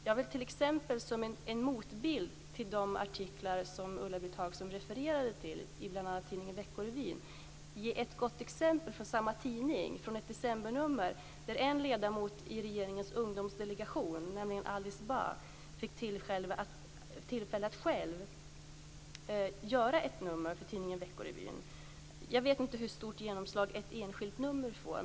Jag vill t.ex. som en motbild till de artiklar som Vecko Revyn ge ett gott exempel från samma tidning, från ett decembernummer. En ledamot i regeringens ungdomsdelegation, nämligen Alice Bah fick tillfälle att själv göra ett nummer för tidningen Vecko Revyn. Jag vet inte hur stort genomslag ett enskilt nummer får.